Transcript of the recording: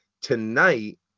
tonight